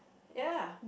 ya